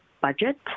budget